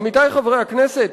עמיתי חברי הכנסת,